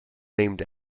named